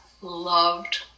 loved